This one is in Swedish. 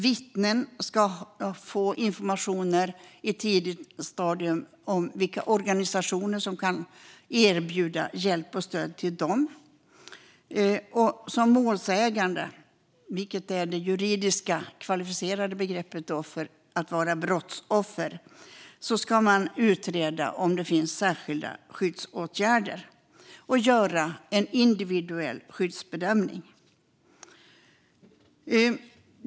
Vittnen ska få informationer i ett tidigt stadium om vilka organisationer som kan erbjuda hjälp och stöd till dem. För målsäganden, vilket är det kvalificerade juridiska begreppet för brottsoffer, ska man utreda om det ska vidtas särskilda skyddsåtgärder samt göra en individuell skyddsbedömning.